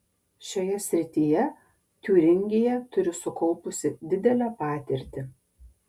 šioje srityje tiūringija turi sukaupusi didelę patirtį